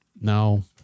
Now